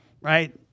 right